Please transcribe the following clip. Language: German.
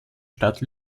stadt